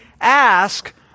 ask